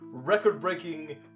record-breaking